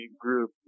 group